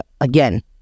again